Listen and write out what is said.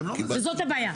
וזאת הבעיה,